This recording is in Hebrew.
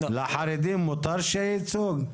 לחרדים מותר שיהיה ייצוג?